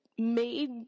made